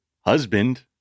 husband